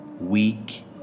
Weak